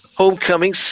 Homecoming